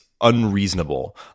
unreasonable